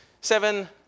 Seven